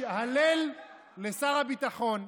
הלל לשר הביטחון.